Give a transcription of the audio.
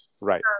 right